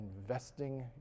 investing